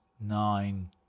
nine